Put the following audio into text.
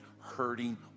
hurting